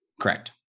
Correct